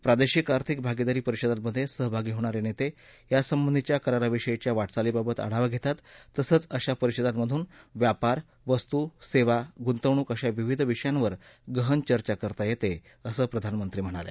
प्रादेशिक आर्थिक भागीदारी परिषदांमधे सहभागी होणारे नेते या संबधीच्या कराराविषयीच्या वाटचालीबाबत आढावा घेतात तसंच अशा परिषदांमधून व्यापार वस्तू सेवा गुंतवणूक अशा विविध विषयांवर गहन चर्चा करता येते असं प्रधानमंत्री म्हणाले